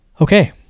Okay